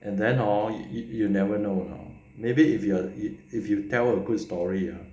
and then hor you you'll never know maybe if you if you tell a good story ah